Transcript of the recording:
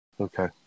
Okay